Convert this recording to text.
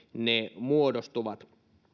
ne muodostuvat